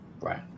right